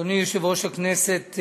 אדוני יושב-ראש הכנסת,